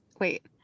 wait